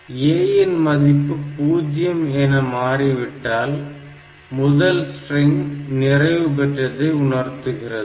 A இன் மதிப்பு 0 என மாறிவிட்டால் முதல் ஸ்ட்ரிங் நிறைவுபெற்றதை உணர்த்துகிறது